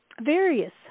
various